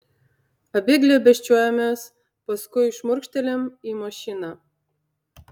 abi glėbesčiuojamės paskui šmurkštelim į mašiną